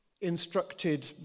instructed